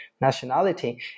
nationality